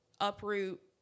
Uproot